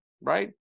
right